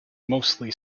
mostly